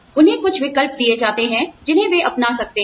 उन्हें कुछ विकल्प दिए जाते हैं जिन्हें वे अपना सकते हैं